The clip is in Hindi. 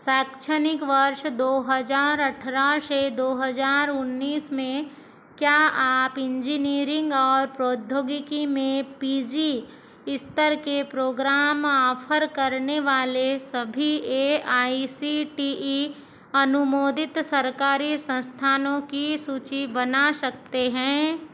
शैक्षणिक वर्ष दो हज़ार अठारह से दो हज़ार उन्नीस में क्या आप इंजीनियरिंग और प्रौद्योगिकी मे पी जी स्तर के प्रोग्राम ऑफर करने वाले सभी A I C T E अनुमोदित सरकारी संस्थानों की सूची बना सकते हैं